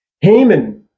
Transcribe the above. Haman